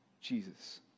Jesus